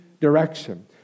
direction